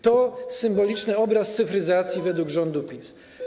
To symboliczny obraz cyfryzacji według rządu PiS.